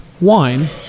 wine